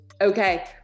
okay